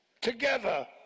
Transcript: together